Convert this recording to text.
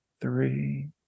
Three